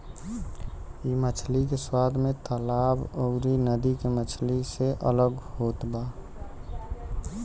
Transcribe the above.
इ मछरी स्वाद में तालाब अउरी नदी के मछरी से अलग होत बा